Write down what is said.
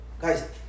Guys